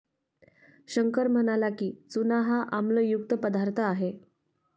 शंकर म्हणाला की, चूना हा आम्लयुक्त पदार्थ आहे